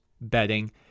bedding